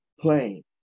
playing